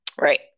Right